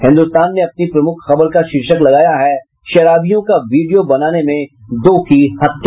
हिन्दुस्तान ने अपनी प्रमुख खबर का शीर्षक लगाया है शराबियों का वीडियो बनाने में दो की हत्या